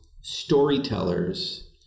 storytellers